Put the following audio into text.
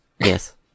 Yes